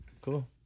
Cool